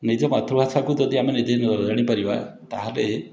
ନିଜ ମାତୃଭାଷାକୁ ଯଦି ଆମେ ନିଜେ ନ ଜାଣିପାରିବା ତା'ହେଲେ